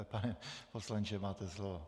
Pane poslanče, máte slovo.